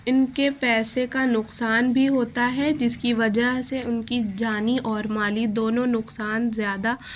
ان کے پیسے کا نقصان بھی ہوتا ہے جس کی وجہ سے ان کی جانی اور مالی دونوں نقصان زیادہ